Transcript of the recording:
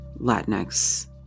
Latinx